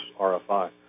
RFI